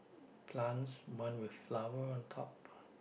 plants one with flower on top